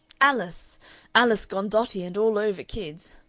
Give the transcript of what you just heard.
alice alice gone dotty, and all over kids.